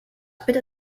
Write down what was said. bitte